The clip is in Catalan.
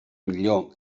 millor